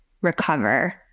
recover